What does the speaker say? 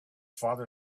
father